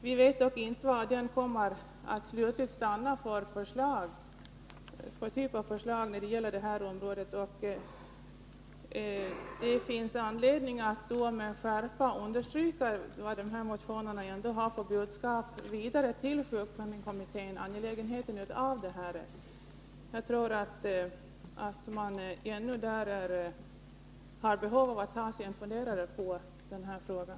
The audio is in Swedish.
Det är dock inte bekant vilket det slutliga förslaget blir. Det finns anledning att med skärpa understryka motionernas budskap till sjukpenningkommittén. Jag tror att man behöver fundera ytterligare över den här frågan.